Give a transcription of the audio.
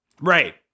Right